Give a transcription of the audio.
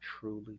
truly